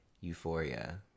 Euphoria